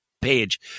page